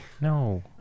No